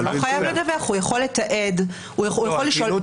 הוא יכול לתעד, הוא יכול לשאול.